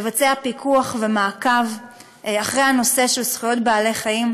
לבצע פיקוח ומעקב אחרי הנושא של זכויות בעלי-חיים,